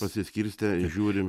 pasiskirstę žiūrim